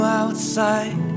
outside